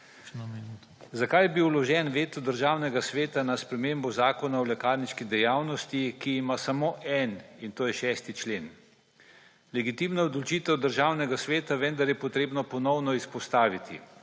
Zakaj je bil vložen veto Državnega sveta na spremembo Zakona o lekarniški dejavnosti, ki ima samo en, in to je 6. člen? Legitimna odločitev Državnega sveta, vendar je potrebno ponovno izpostaviti,